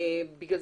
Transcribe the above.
לכן